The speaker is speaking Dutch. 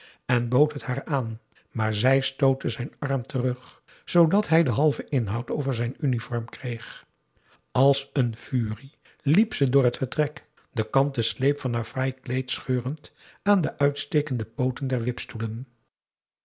en bood het haar aan maar zij stootte zijn arm terug zoodat hij den halven inhoud over zijn uniform kreeg als een furie liep ze door het vertrek den kanten sleep van haar fraai kleed scheurend aan de uitstekende pooten der wipstoelen